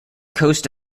coast